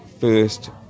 first